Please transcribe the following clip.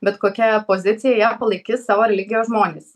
bet kokioje pozicijoje jie palaikys savo religijos žmones